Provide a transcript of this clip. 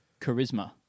charisma